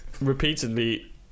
repeatedly